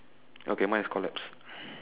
okay mine is collapsed